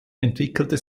entwickelte